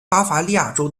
巴伐利亚州